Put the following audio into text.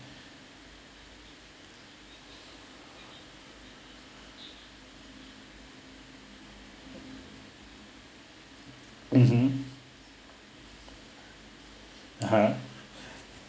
mmhmm (uh huh)